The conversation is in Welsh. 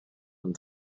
ond